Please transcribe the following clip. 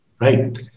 Right